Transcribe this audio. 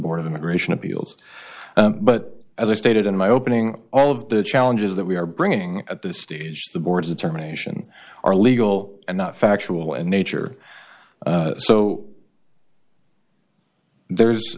board of immigration appeals but as i stated in my opening all of the challenges that we are bringing at this stage the board's determination are legal and not factual in nature so there